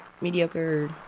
mediocre